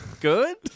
Good